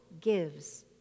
gives